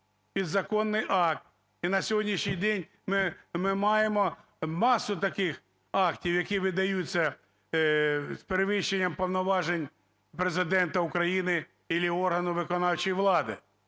І на сьогоднішній день ми маємо масу таких актів, які видаються з перевищенням повноважень Президента України или органу виконавчої влади.